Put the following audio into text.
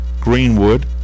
Greenwood